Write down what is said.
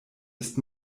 ist